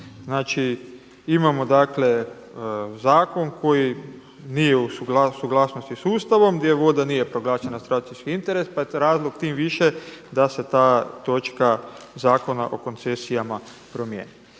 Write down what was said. dakle imamo zakon koji nije u suglasnosti sa Ustavom, gdje voda nije proglašena strateški interes, pa je to razlog tim više da se ta točka Zakona o koncesijama promijeni.